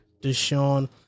Deshaun